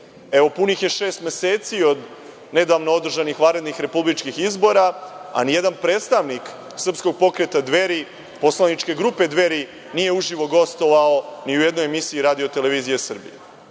punih je šest meseci od nedavno održanih vanrednih republičkih izbora, a nijedan predstavnik Srpskog pokreta Dveri, poslaničke grupe Dveri nije uživo gostovao ni u jednoj emisiji RTS-a. Valjda je